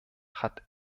hat